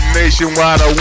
nationwide